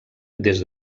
des